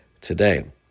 today